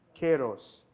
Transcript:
Keros